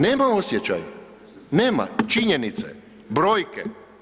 Nema osjećaj, nema, činjenice, brojke.